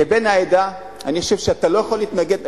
כבן העדה אני חושב שאתה לא יכול להתנגד.